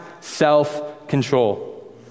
self-control